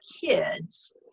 kids